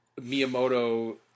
Miyamoto